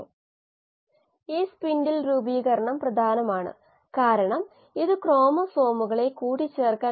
നമുക്ക് ഗ്ലൂക്കോസിനു ഒരു പകരക്കാരൻ ഉണ്ടെങ്കിൽ അത് അത്ര ചെലവേറിയതല്ല അത് വ്യവസായത്തിന് വളരെ നല്ലതാണ് കാരണം ഇത് ബയോപ്രോസസിന്റെ വില കുറയ്ക്കുന്നു